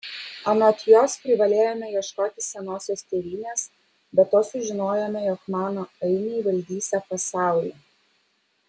anot jos privalėjome ieškoti senosios tėvynės be to sužinojome jog mano ainiai valdysią pasaulį